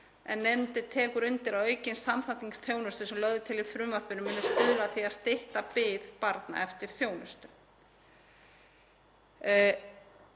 Nefndin tekur undir að aukin samþætting þjónustu sem lögð er til í frumvarpinu muni stuðla að því að stytta bið barna eftir þjónustu.